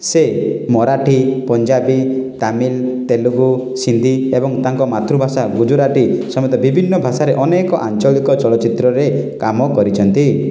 ସେ ମରାଠୀ ପଞ୍ଜାବୀ ତାମିଲ ତେଲୁଗୁ ସିନ୍ଧି ଏବଂ ତାଙ୍କ ମାତୃଭାଷା ଗୁଜରାଟୀ ସମେତ ବିଭିନ୍ନ ଭାଷାରେ ଅନେକ ଆଞ୍ଚଳିକ ଚଳଚ୍ଚିତ୍ରରେ କାମ କରିଛନ୍ତି